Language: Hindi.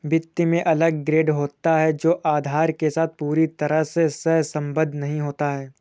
वित्त में अलग ग्रेड होता है जो आधार के साथ पूरी तरह से सहसंबद्ध नहीं होता है